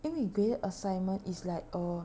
因为 graded assignment is like err